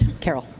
carol.